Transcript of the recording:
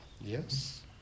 Yes